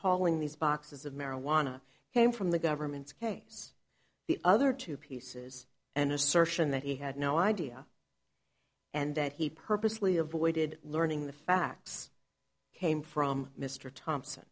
hauling these boxes of marijuana him from the government's case the other two pieces and assertion that he had no idea and that he purposely avoided learning the facts came from mr thompson